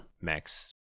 Max